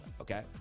okay